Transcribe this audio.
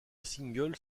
singles